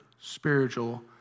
spiritual